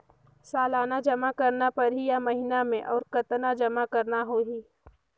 सालाना जमा करना परही या महीना मे और कतना जमा करना होहि?